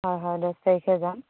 হয় হয় দহ তাৰিখে যাম